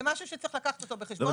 זה משהו שצריך לקחת אותו בחשבון.